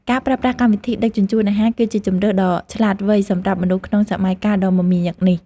ការប្រើប្រាស់កម្មវិធីដឹកជញ្ជូនអាហារ គឺជាជម្រើសដ៏ឆ្លាតវៃសម្រាប់មនុស្សក្នុងសម័យកាលដ៏មមាញឹកនេះ។